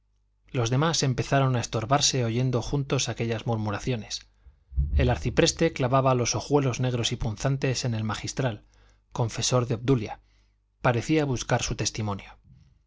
los demás empezaron a estorbarse oyendo juntos aquellas murmuraciones el arcipreste clavaba los ojuelos negros y punzantes en el magistral confesor de obdulia parecía buscar su testimonio